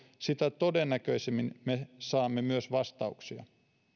sitä todennäköisemmin me saamme myös vastauksia